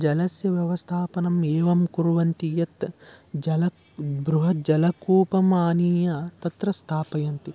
जलस्य व्यवस्थापनम् एवं कुर्वन्ति यत् जलं बृहत् जलकूपमानीय तत्र स्थापयन्ति